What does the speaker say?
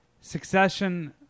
Succession